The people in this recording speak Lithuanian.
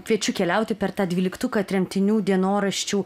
kviečiu keliauti per tą dvyliktuką tremtinių dienoraščių